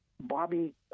Bobby